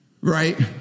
Right